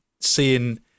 seeing